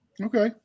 okay